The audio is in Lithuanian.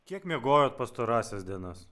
kiek miegojot pastarąsias dienas